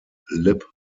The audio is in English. lip